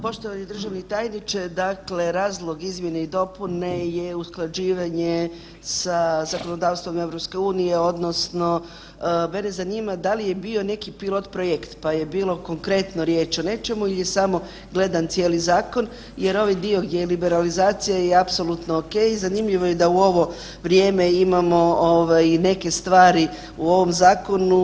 Poštovani državni tajniče, dakle razlog izmjene i dopune je usklađivanje sa zakonodavstvom EU odnosno mene zanima da li je bio neki pilot projekt, pa je bilo konkretno riječ o nečemu ili je samo gledan cijeli zakon, jer ovaj dio gdje je liberalizacija je apsolutno ok i zanimljivo je da u ovo vrijeme imamo ovaj neke stvari u ovom zakonu.